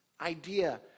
idea